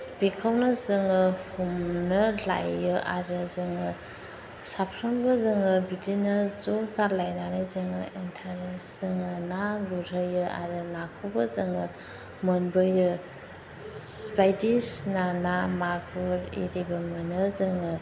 बेखौनो जोङो हमनो लायो आरो जोङो साफ्रोमबो जोङो बिदिनो ज' जालायनानै जोङो इन्टारेस्ट जोङो ना गुरहैयो आरो नाखौबो जोङो मोनबोयो बायदिसिना ना मागुर आरिबो मोनो जोङो